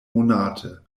monate